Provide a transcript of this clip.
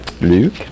Luke